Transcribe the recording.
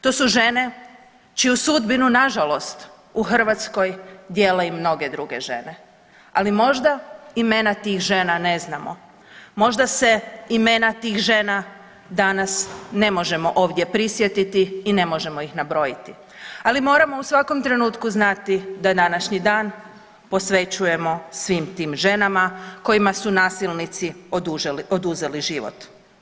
To su žene čiju sudbinu nažalost u Hrvatskoj dijele i mnoge druge žene, ali možda imena tih žena ne znamo, možda se imena tih žena danas ne možemo ovdje prisjetiti i ne možemo ih nabrojiti, ali moramo u svakom trenutku znati da današnji dan posvećujemo svim tim ženama kojima su nasilnici oduzeli život.